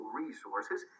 resources